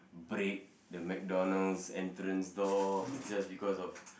break the McDonald's entrance door just because of